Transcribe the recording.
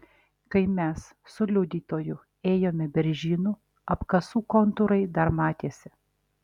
kai mes su liudytoju ėjome beržynu apkasų kontūrai dar matėsi